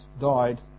died